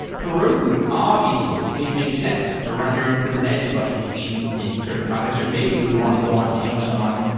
heroku, obviously it makes sense to run your own kubernetes clusters in in certain context, or maybe you would want to go on amazon,